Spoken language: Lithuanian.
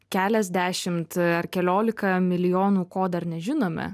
keliasdešimt ar keliolika milijonų ko dar nežinome